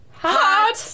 Hot